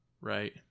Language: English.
right